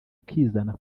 ukizana